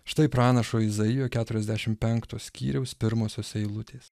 štai pranašo izaijo keturiasdešimt penkto skyriaus pirmosios eilutės